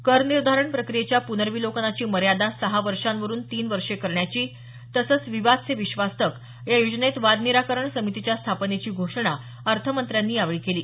करनिर्धारण प्रक्रियेच्या प्नर्विलोकनाची मर्यादा सहा वर्षांवरून तीन वर्ष करण्याची तसंच विवाद से विश्वास तक या योजनेत वाद निराकरण समितीच्या स्थापनेची घोषणा अर्थमंत्र्यांनी केली